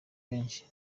benshi